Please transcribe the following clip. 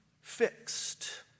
fixed